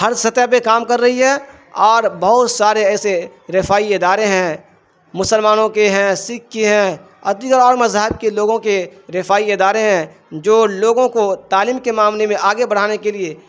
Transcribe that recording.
ہر سطح پہ کام کر رہی ہے اور بہت سارے ایسے رفائی ادارے ہیں مسلمانوں کے ہیں سکھ کی ہیں ع دیگرڑھ اور مذاہب کے لوگوں کے رفاائیی ادارے ہیں جو لوگوں کو تعلیم کے معاملے میں آگے بڑھانے کے لیے